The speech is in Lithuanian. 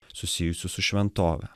susijusių su šventove